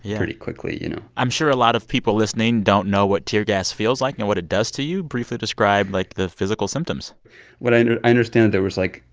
yeah pretty quickly, you know? i'm sure a lot of people listening don't know what tear gas feels like and what it does to you. briefly describe, like, the physical symptoms what i understand there was, like,